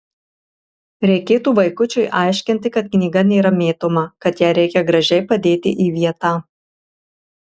reikėtų vaikučiui aiškinti kad knyga nėra mėtoma kad ją reikia gražiai padėti į vietą